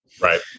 right